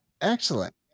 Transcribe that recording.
Excellent